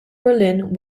berlin